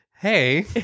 hey